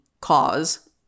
cause